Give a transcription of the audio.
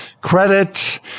credit